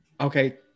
Okay